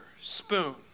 spoon